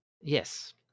yes